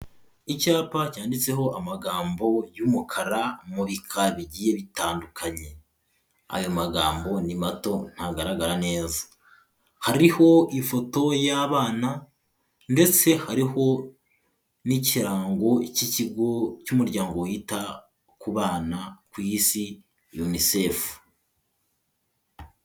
Icyapa cyanditseho amagambo y'umukara mubika bigiye bitandukanye, aya magambo ni mato ntagaragara neza, hariho ifoto y'abana ndetse hariho n'ikirango cy'ikigo cy'umuryango wita ku bana ku isi UNICEF.